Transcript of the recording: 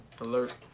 Alert